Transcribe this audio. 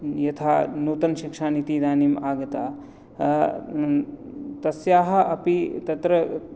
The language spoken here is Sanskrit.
यथा नूतनशिक्षानीतिः इदानीम् आगता तस्याः अपि तत्र